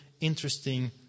interesting